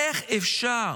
איך אפשר